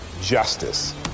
justice